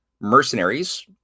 mercenaries